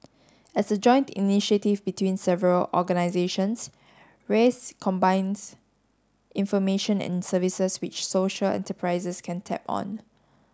as a joint initiative between several organisations raise combines information and services which social enterprises can tap on